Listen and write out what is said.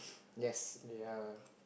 yes ya